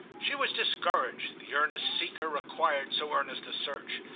she was discouraged the earnest seeker required so earnest a search.